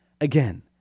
again